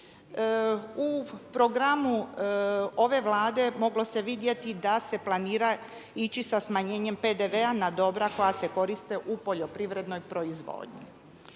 U programu ove Vlade moglo se vidjeti da se planira ići sa smanjenjem PDV-a na dobra koja se koriste u poljoprivrednoj proizvodnji.